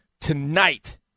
tonight